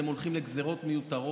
אתם הולכים לגזרות מיותרות.